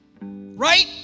Right